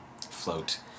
float